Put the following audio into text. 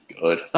good